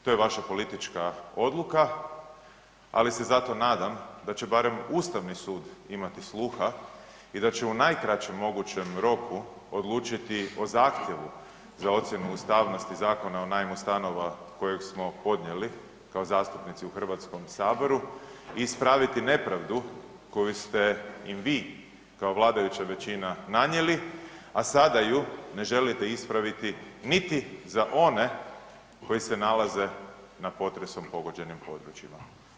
To je vaša politička odluka, ali se zato nadam da će barem Ustavni sud imati sluha i da će u najkraćem mogućem roku odlučiti o zahtjevu za ocjenu ustavnosti Zakona o najmu stanova kojeg smo podnijeli kao zastupnici u Hrvatskome saboru i ispraviti nepravdu koju ste im vi kao vladajuća većina nanijeli, a sada ju ne želite ispraviti niti za one koji se nalaze na potresom pogođenim područjima.